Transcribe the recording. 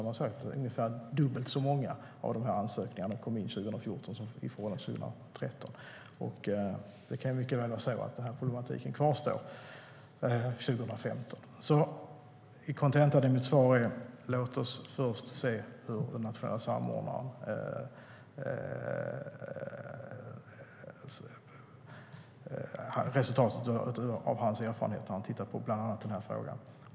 Det kom in ungefär dubbelt så många ansökningar 2014 än vad det gjorde 2013, och det kan mycket väl vara så att problematiken kvarstår 2015. Kontentan i mitt svar är: Låt oss först se resultatet av den nationella samordnarens erfarenheter. Han tittar bland annat på den här frågan.